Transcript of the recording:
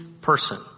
person